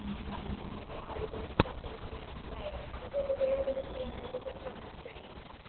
cousin henry had already learned something of the man's ways, and was aware that his manner was at present strange.